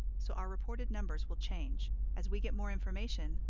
so our reported numbers will change. as we get more information,